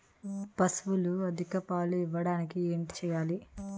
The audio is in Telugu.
పశువులు అధిక పాలు ఇవ్వడానికి ఏంటి చేయాలి